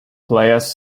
players